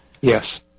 Yes